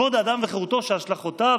כבוד האדם וחירותו, שהשלכותיו